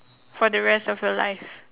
for the rest of your life